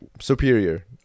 superior